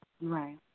Right